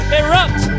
erupt